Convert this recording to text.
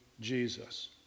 Jesus